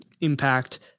impact